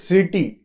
City